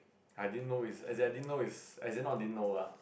I didn't know is I didn't know is as in not didn't know [la]